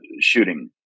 shooting